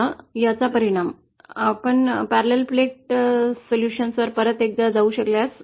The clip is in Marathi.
आता याचा परिणाम समांतर प्लेट वेव्हगॉइडसाठी सोल्यूशनवर परत जाऊ शकल्यास